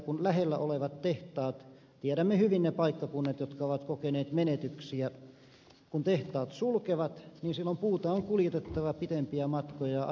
kun lähellä olevat tehtaat tiedämme hyvin ne paikkakunnat jotka ovat kokeneet menetyksiä sulkevat niin silloin puuta on kuljetettava pitempiä matkoja